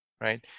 right